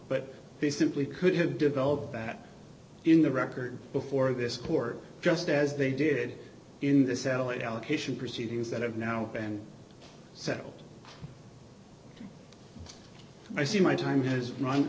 but they simply could have developed that in the record before this court just as they did in the satellite allocation proceedings that have now been settled i see my time has r